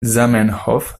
zamenhof